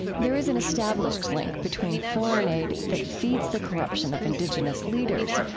there is an established link between foreign aid that feeds the corruption of indigenous leaders,